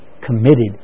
committed